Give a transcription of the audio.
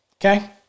okay